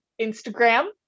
Instagram